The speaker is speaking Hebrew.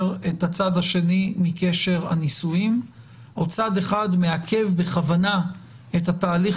את הצד השני מקשר הנישואים או צד אחד מעכב בכוונה את התהליך